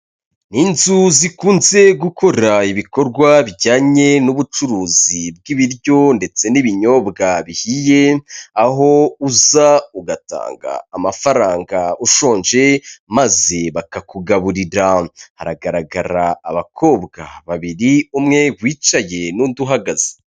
Inzu zikunze gukora ibikorwa bijyanye n'ubucuruzi bw'ibiryo ndetse n'ibinyobwa bihiye; aho uza ugatanga amafaranga ushonje maze bakakugaburira; haragaragara abakobwa babiri umwe wicaye n'undi uhagaze.